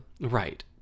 right